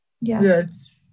Yes